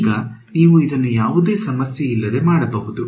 ಈಗ ನೀವು ಇದನ್ನು ಯಾವುದೇ ಸಮಸ್ಯೆಯಿಲ್ಲದೆ ಮಾಡಬಹುದು